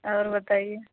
اور بتائیے